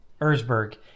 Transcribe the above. Erzberg